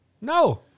No